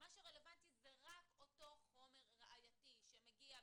מה שרלבנטי זה רק אותו חומר ראייתי שמגיע,